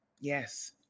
Yes